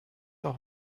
auch